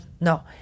No